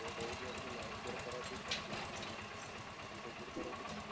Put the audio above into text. କ'ଣ କହୁଥିଲା ଟିକେ ମ୍ୟାଥ୍ ମୋର ଖରାପ ହେଇଛି କିନ୍ତୁ ସବୁ ସବଜେକ୍ଟ ଖରାପ ହେଇଛି